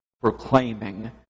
proclaiming